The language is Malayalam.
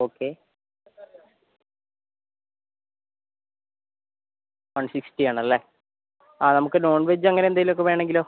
ഓക്കെ വൺ സിക്സ്റ്റി ആണല്ലേ ആ നമുക്ക് നോൺ വെജ് അങ്ങനെ എന്തേലൊക്കെ വേണമെങ്കിലോ